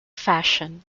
fashion